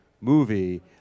movie